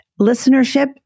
listenership